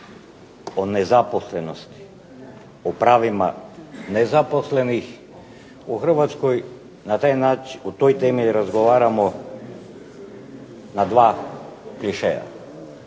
o nezaposlenosti, o pravima nezaposlenih u Hrvatskoj o toj temi razgovaramo na dva klišeja.